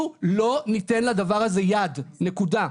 אנחנו לא ניתן לדבר הזה יד, נקודה.